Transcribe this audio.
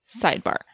sidebar